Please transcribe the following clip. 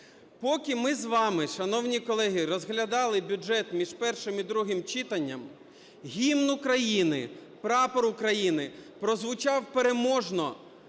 Поки ми з вами, шановні колеги, розглядали бюджет між першим і другим читанням, гімн України, прапор України прозвучав переможно